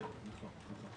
נכון.